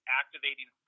activating